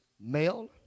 male